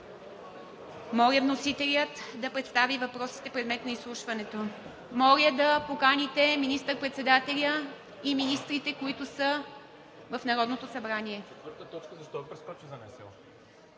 Моля вносителят да представи въпросите, предмет на изслушването. Моля да поканите министър-председателя и министрите, които са в Народното събрание.